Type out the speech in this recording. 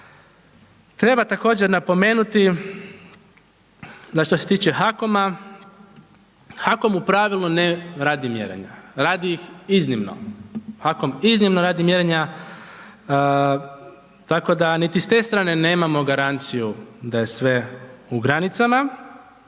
Treba također napomenuti da što se tiče HAKOM-a, HAKOM u pravilu ne radi mjerenja. Radi ih iznimno. HAKOM iznimno radi mjerenja tako da niti s te strane nemamo garanciju da je sve u granicama.